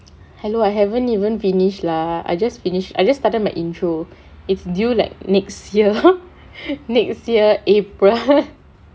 hello I haven't even finish lah I just finished I just started my introduction is due like next year next year april